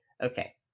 okay